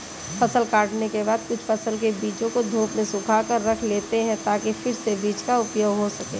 फसल काटने के बाद कुछ फसल के बीजों को धूप में सुखाकर रख लेते हैं ताकि फिर से बीज का उपयोग हो सकें